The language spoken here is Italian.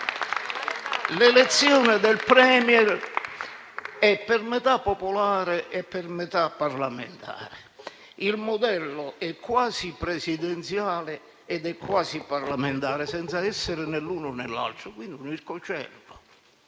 L'elezione del *Premier* è per metà popolare e per metà parlamentare. Il modello è quasi presidenziale ed è quasi parlamentare, senza essere né l'uno né l'altro. Quindi, è un ircocervo,